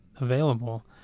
available